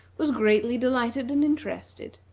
was greatly delighted and interested.